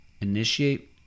Initiate